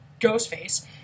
Ghostface